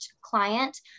client